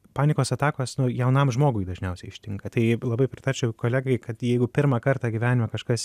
panikos atakos nu jaunam žmogui dažniausiai ištinka tai labai pritarčiau kolegai kad jeigu pirmą kartą gyvenime kažkas